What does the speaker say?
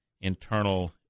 internal